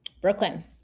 Brooklyn